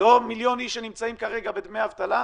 לא מיליון איש שנמצאים כרגע בדמי אבטלה,